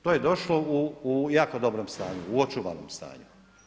To je došlo u jako dobrom stanju, u očuvanom stanju.